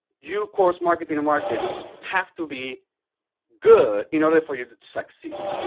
you, course, marketing, and market have to be good, in order for you to succeed.